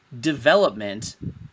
development